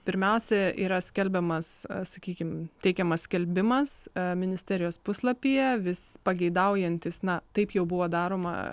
pirmiausia yra skelbiamas sakykim teikiamas skelbimas ministerijos puslapyje vis pageidaujantys na taip jau buvo daroma